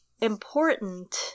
important